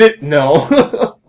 No